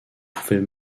pouvait